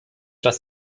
dass